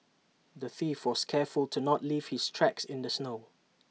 the thief was careful to not leave his tracks in the snow